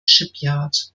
shipyard